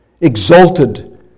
exalted